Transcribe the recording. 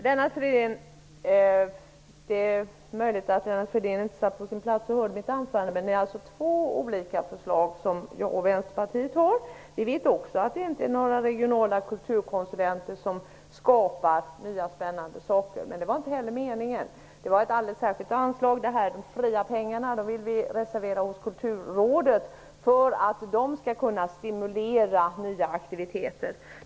Herr talman! Det är möjligt att Lennart Fridén inte satt på sin plats och hörde mitt anförande. Vi i Vänsterpartiet har alltså två olika förslag. Vi vet också att det inte är några regionala kulturkonsulenter som skapar nya spännande saker. Det var inte heller meningen. Det gällde ett alldeles särskilt anslag. De fria pengarna vill vi reservera för Kulturrådet för att rådet skall kunna stimulera nya aktiviteter.